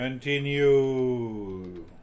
Continue